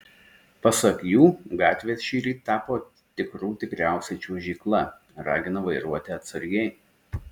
pasak jų gatvės šįryt tapo tikrų tikriausia čiuožykla ragina vairuoti atsargiai